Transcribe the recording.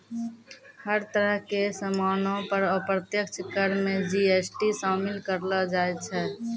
हर तरह के सामानो पर अप्रत्यक्ष कर मे जी.एस.टी शामिल करलो जाय छै